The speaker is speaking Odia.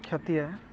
କ୍ଷତି ହେ